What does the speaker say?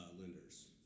lenders